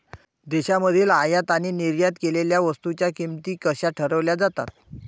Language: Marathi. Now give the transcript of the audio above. देशांमधील आयात आणि निर्यात केलेल्या वस्तूंच्या किमती कशा ठरवल्या जातात?